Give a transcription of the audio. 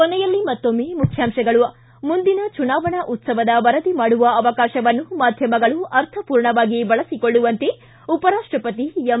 ಕೊನೆಯಲ್ಲಿ ಮತ್ತೊಮ್ಮೆ ಮುಖ್ಯಾಂತಗಳು ಿ ಮುಂದಿನ ಚುನಾವಣಾ ಉತ್ತವದ ವರದಿ ಮಾಡುವ ಅವಕಾಶವನ್ನು ಮಾಧ್ಯಮಗಳು ಅರ್ಥಮೂರ್ಣವಾಗಿ ಬಳಸಿಕೊಳ್ಳುವಂತೆ ಉಪರಾಷ್ಟಪತಿ ಎಂ